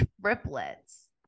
triplets